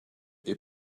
est